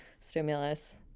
stimulus